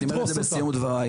אני אומר את זה בסיום דבריי,